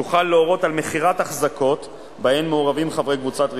יוכל להורות על מכירת החזקות שבהן מעורבים חברי קבוצת ריכוז,